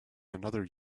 another